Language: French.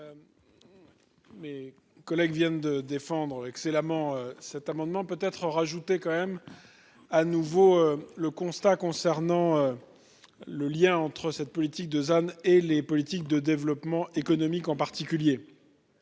Mais. Collègues viennent de défendre excellemment cet amendement peut être rajouter quand même à nouveau le constat concernant. Le lien entre cette politique de ans et les politiques de développement économique en particulier.